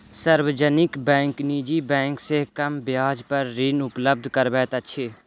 सार्वजनिक बैंक निजी बैंक से कम ब्याज पर ऋण उपलब्ध करबैत अछि